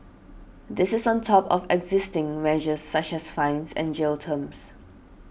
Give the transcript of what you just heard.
this is on top of existing measures such as fines and jail terms